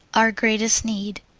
our greatest need.